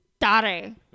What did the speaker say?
Daddy